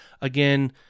again